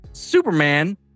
superman